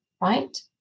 right